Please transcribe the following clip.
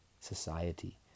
society